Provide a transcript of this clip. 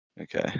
Okay